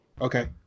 Okay